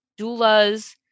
doulas